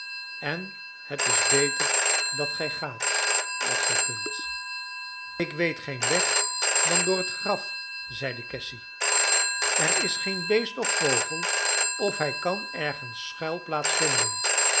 en het is beter dat gij gaat als gij kunt ik weet geen weg dan door het graf zeide cassy er is geen beest of vogel of hij kan ergens